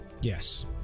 Yes